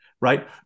right